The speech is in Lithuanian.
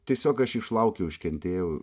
tiesiog aš išlaukiau iškentėjau